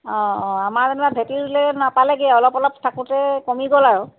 অঁ অঁ আমাৰ যেনিবা ভেটিটোলৈ নাপালেগৈ অলপ অলপ থাকোঁতেই কমি গ'ল আৰু